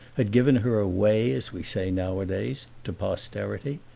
had given her away, as we say nowadays, to posterity?